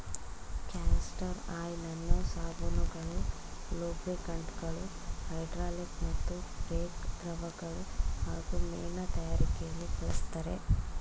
castor ಆಯಿಲನ್ನು ಸಾಬೂನುಗಳು ಲೂಬ್ರಿಕಂಟ್ಗಳು ಹೈಡ್ರಾಲಿಕ್ ಮತ್ತು ಬ್ರೇಕ್ ದ್ರವಗಳು ಹಾಗೂ ಮೇಣ ತಯಾರಿಕೆಲಿ ಬಳಸ್ತರೆ